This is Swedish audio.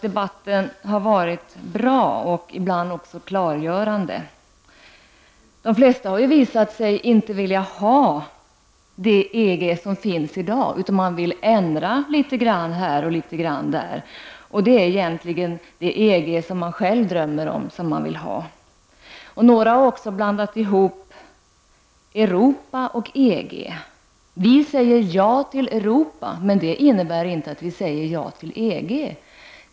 Debatten har varit bra och ibland klargörande. De flesta, har det visat sig, vill inte ha det EG som finns i dag, utan man vill ändra litet grand här och litet grand där. Det är egentligen det EG man själv drömmer om som man vill ha. Några har också blandat ihop Europa och EG. Vi i miljöpartiet säger ja till Europa, men det innebär inte att vi säger ja till EG.